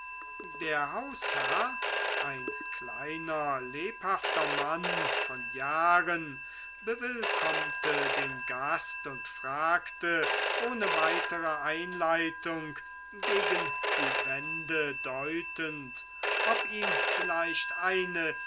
der hausherr ein kleiner lebhafter mann von jahren bewillkommte den gast und fragte ohne weitere einleitung gegen die wände deutend ob ihm vielleicht eine